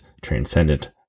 transcendent